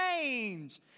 change